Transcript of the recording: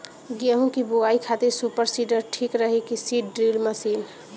गेहूँ की बोआई खातिर सुपर सीडर ठीक रही की सीड ड्रिल मशीन?